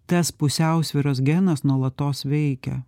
tas pusiausvyros genas nuolatos veikia